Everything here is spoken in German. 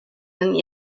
dann